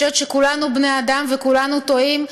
אני חושבת שכולנו בני-אדם וכולנו טועים,